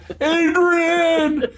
Adrian